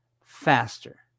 faster